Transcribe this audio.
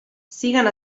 siguen